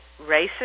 racist